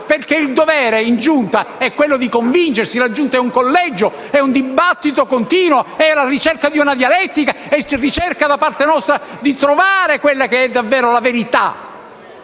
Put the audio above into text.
perché il dovere in Giunta è quello di convincersi. La Giunta è un collegio, è un dibattito continuo, è la ricerca di una dialettica, è il tentativo, da parte nostra, di trovare quella che è davvero la verità.